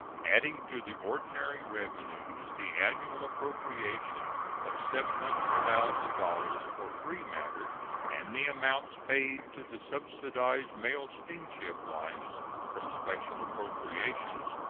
adding to the ordinary revenues the annual appropriation of seven hundred thousand dollars for free matter and the amounts paid to the subsidized mail steamship lines from special appropriations,